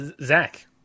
Zach